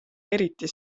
eriti